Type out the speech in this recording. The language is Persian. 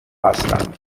هستم